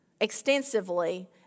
extensively